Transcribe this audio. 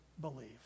believe